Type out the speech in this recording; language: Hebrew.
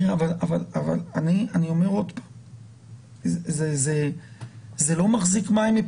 אני אומר שוב שאפידמיולוגית זה לא מחזיק מים.